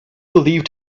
believed